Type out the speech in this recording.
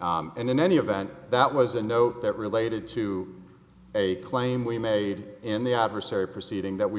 and in any event that was a note that related to a claim we made in the adversary proceeding that we